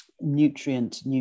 nutrient